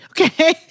Okay